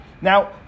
Now